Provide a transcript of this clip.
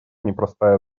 непростая